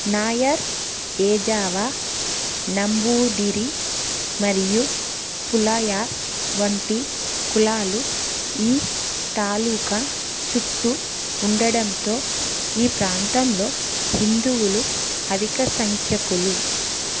నాయర్ ఏజావా నంబూదిరి మరియు పులయార్ వంటి కులాలు ఈ తాలుకా చుట్టూ ఉండడంతో ఈ ప్రాంతంలో హిందువులు అధిక సంఖ్యకులు